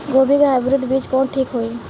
गोभी के हाईब्रिड बीज कवन ठीक होई?